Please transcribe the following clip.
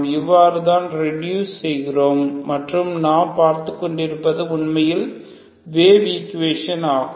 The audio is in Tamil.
இவ்வாறுதான் ரெடுஸ் செய்கிறோம் மற்றும் நாம் பார்த்துக்கொண்டிருப்பது உண்மையில் வேவ் ஈக்குவேஷன் ஆகும்